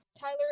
Tyler